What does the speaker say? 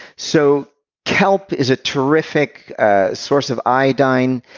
so kelp is a terrific source of iodine,